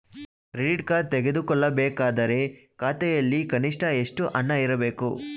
Credit card ತೆಗೆದುಕೊಳ್ಳಬೇಕಾದರೆ ಖಾತೆಯಲ್ಲಿ ಕನಿಷ್ಠ ಎಷ್ಟು ಹಣ ಇರಬೇಕು?